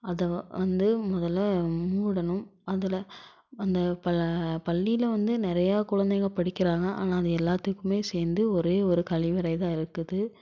அதை வந்து முதல்ல மூடணும் அதில் அந்த ப பள்ளியில் வந்து நிறையா குழந்தைங்கள் படிக்கிறாங்க ஆனால் அது எல்லாத்துக்குமே சேர்ந்து ஒரே ஒரு கழிவறை தான் இருக்குது